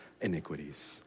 iniquities